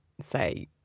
say